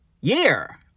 year